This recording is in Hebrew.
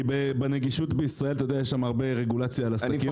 בנגישות בישראל יש הרבה רגולציה על עסקים,